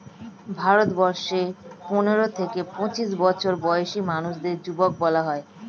ভারতবর্ষে পনেরো থেকে পঁচিশ বছর বয়সী মানুষদের যুবক বলা হয়